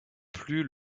plus